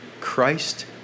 Christ